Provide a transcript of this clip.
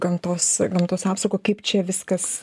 gamtos gamtos apsaugą kaip čia viskas